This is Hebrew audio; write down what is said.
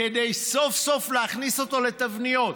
כדי להכניס אותו סוף-סוף לתבניות,